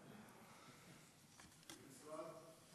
שאילתה אחרונה של חבר הכנסת באסל גטאס.